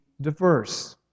diverse